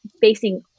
facing